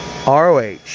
ROH